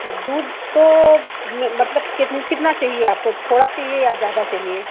दूध तो मतलब कितना कितना चाहिए आपको थोड़ा चाहिए या ज़्यादा चाहिए